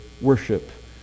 worship